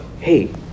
hey